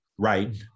Right